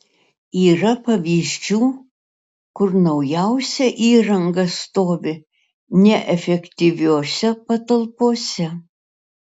yra pavyzdžių kur naujausia įranga stovi neefektyviose patalpose